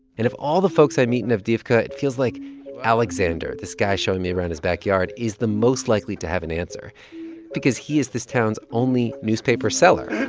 and of all the folks i meet in avdiivka, it feels like alexander, this guy showing me around his backyard, is the most likely to have an answer because he is this town's only newspaper seller